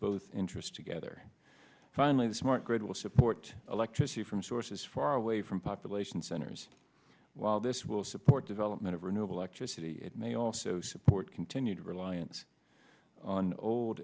both interest together finally the smart grid will support electricity from sources far away from population centers while this will support development of renewable extra city may also support continued reliance on old